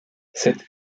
cette